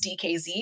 DKZ